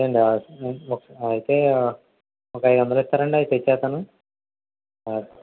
అయితే ఒక ఐదు వందలు ఇస్తారాండి అవి తెచ్చేస్తాను